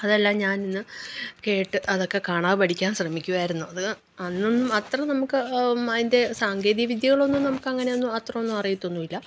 അതെല്ലാം ഞാനിന്നു കേട്ട് അതൊക്കെ കാണാതെ പഠിക്കാൻ ശ്രമിക്കുമായിരുന്നു അത് അന്നൊന്നും അത്ര നമുക്ക് അതിൻറ്റെ സാങ്കേതിക വിദ്യകളൊന്നും നമുക്ക് അങ്ങനെയൊന്നും അത്രയൊന്നും അറിയതൊന്നുമില്ല